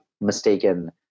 mistaken